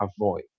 avoid